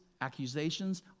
accusations